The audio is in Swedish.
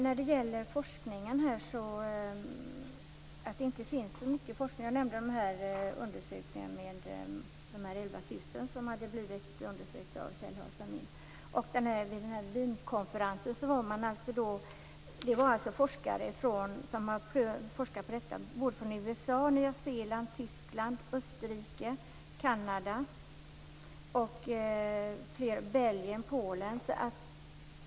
Fru talman! Det sades att det inte finns så mycket forskning. Jag nämnde undersökningen med 11 000 Wienkonferensen var forskare från USA, Nya Zeeland, Tyskland, Österrike, Kanada, Belgien, Polen, m.fl. som forskat på detta.